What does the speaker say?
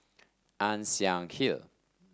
Ann Siang Hill